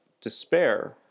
despair